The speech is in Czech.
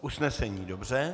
Usnesení, dobře.